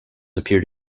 appeared